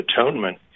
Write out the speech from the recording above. atonement